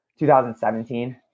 2017